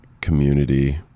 community